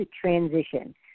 transition